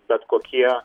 bet kokie